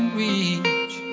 reach